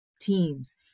teams